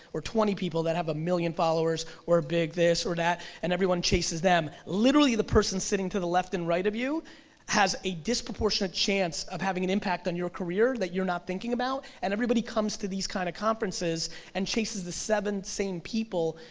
or twenty people that have a million followers, or big this or that, and everybody chases them, literally the person sitting to the left and right of you has a disproportionate chance of having an impact on your career that you're not thinking about, and everybody comes to these kind of conferences and chases the seven same people,